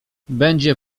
będzie